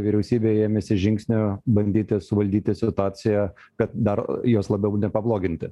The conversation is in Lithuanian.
vyriausybė ėmėsi žingsnių bandyti suvaldyti situaciją kad dar jos labiau nepabloginti